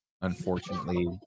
unfortunately